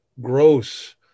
gross